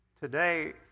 today